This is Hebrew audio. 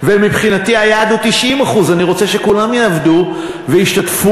ומבחינתי היעד הוא 90%. אני רוצה שכולם יעבדו וישתתפו